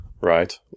Right